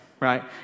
right